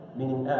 meaning